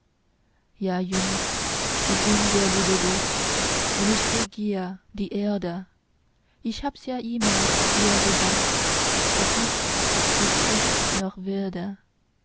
ja jung ich bin der liebe gott und ich regier die erde ich habs ja immer dir gesagt daß ich was rechts noch werde